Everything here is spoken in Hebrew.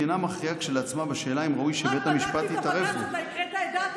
אינה מכריעה כשלעצמה בשאלה האם ראוי שבית המשפט יתערב בו'".